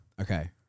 Okay